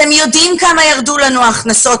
אתם יודעים כמה ירדו לנו ההכנסות,